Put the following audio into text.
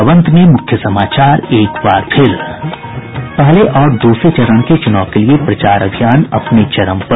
और अब अंत में मुख्य समाचार पहले और दूसरे चरण के चुनाव के लिए प्रचार अभियान अपने चरम पर